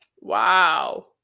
Wow